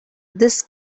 this